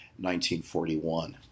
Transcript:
1941